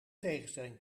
tegenstelling